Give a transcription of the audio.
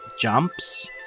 jumps